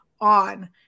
on